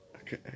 okay